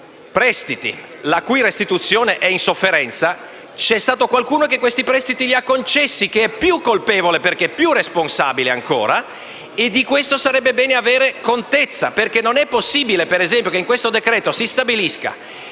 dei prestiti la cui restituzione è in sofferenza, vi è anche qualcuno che questi prestiti li ha concessi e che è più colpevole, perché ancora più responsabile. Di questo sarebbe bene avere contezza. Non è possibile, ad esempio, che in questo decreto si stabilisca